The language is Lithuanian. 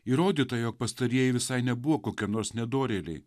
įrodyta jog pastarieji visai nebuvo kokie nors nedorėliai